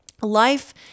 Life